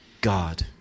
God